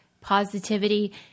positivity